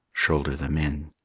shoulder them in,